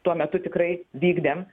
tuo metu tikrai vykdėm